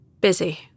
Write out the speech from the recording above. busy